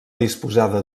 disposada